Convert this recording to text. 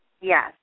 Yes